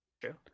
True